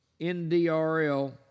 NDRL